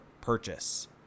purchase